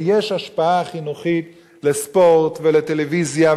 ויש השפעה חינוכית לספורט ולטלוויזיה,